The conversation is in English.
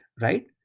right